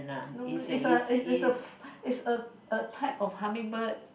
no is a is a is a a type of hummingbird